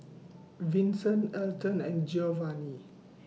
Vinson Alton and Geovanni